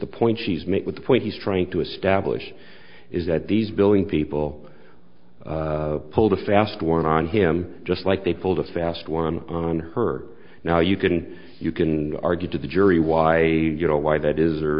the point she's made with the point he's trying to establish is that these billion people pulled a fast one on him just like they pulled a fast one on her now you can you can argue to the jury why you know why that is or